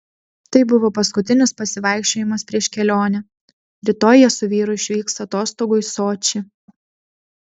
tai buvo paskutinis pasivaikščiojimas prieš kelionę rytoj jie su vyru išvyks atostogų į sočį